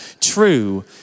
true